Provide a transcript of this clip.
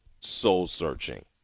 soul-searching